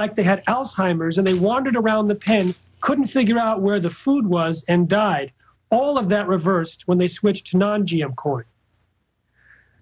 like they had alzheimer's and they wandered around the pen couldn't figure out where the food was and died all of that reversed when they switched of course